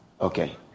Okay